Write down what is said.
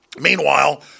Meanwhile